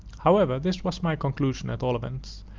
however this was my conclusion, at all events,